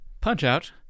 Punch-Out